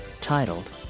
titled